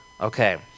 okay